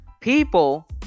people